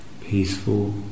peaceful